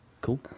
Cool